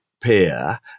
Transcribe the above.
peer